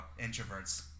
Introverts